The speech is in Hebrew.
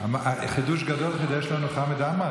חידוש גדול חידש לנו חמד עמאר,